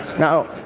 now,